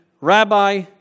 Rabbi